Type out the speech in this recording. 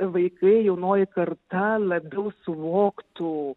vaikai jaunoji karta labiau suvoktų